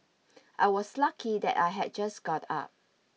I was lucky that I had just got up